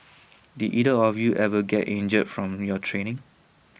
did either of you ever get injured from your training